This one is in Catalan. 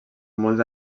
molts